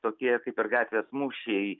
tokie kaip ir gatvės mūšiai